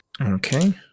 Okay